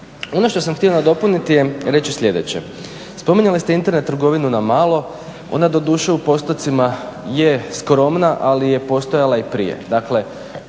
Ono što sam htio nadopuniti je, reći sljedeće. Spominjali ste Internet trgovinu na malo, ona doduše u postocima je skromna, ali je postojala i prije,